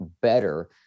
better